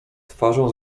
twarzą